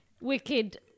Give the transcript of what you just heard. wicked